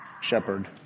shepherd